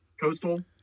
coastal